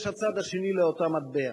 יש צד שני לאותו מטבע.